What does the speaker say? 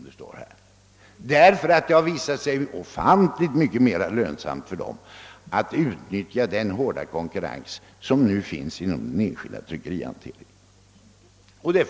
Det har nämligen visat sig mycket mera lönsamt för dessa förlag att utnyttja den hårda konkurrensen inom den enskilda tryckeribranschen.